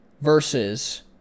Versus